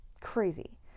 Crazy